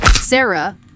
Sarah